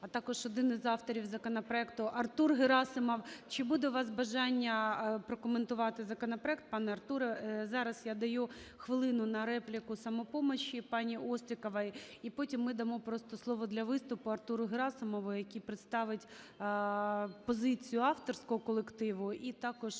а також один із авторів законопроекту Артур Герасимов. Чи буде у вас бажання прокоментувати законопроект, пане Артуре? Зараз я даю хвилину на репліку "Самопомочі", пані Остріковій, і потім ми дамо просто слово для виступу Артуру Герасимову, який представить позицію авторського колективу і також